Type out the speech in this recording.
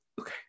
Okay